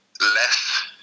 less